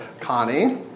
Connie